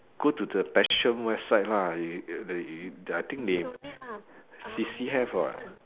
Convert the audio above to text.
go to the passion website lah I think they C_C have [what]